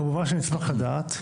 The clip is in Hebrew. כמובן שנשמח לדעת,